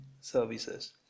services